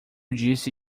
disse